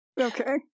Okay